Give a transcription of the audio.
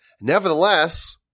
nevertheless